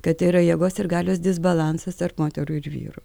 kad yra jėgos ir galios disbalansas tarp moterų ir vyrų